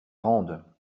grande